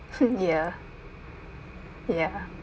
hmm ya ya